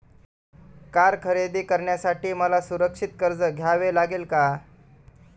Car खरेदी करण्यासाठी मला सुरक्षित कर्ज घ्यावे लागेल का?